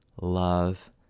love